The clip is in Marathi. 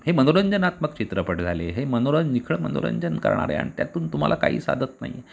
हे मनोरंजनात्मक चित्रपट झाले हे मनोरं निखळ मनोरंजन करणारे आणि त्यातून तुम्हाला काही साधत नाही